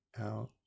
out